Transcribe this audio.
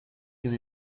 cyn